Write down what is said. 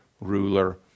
ruler